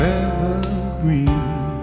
evergreen